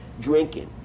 drinking